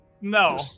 No